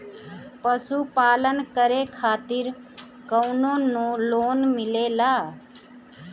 पशु पालन करे खातिर काउनो लोन मिलेला?